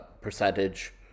percentage